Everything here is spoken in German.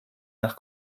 nach